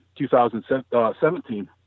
2017